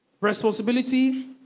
responsibility